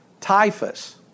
typhus